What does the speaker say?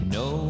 no